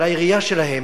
על העירייה שלהם,